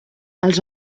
els